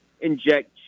inject